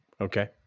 Okay